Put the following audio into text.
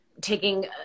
taking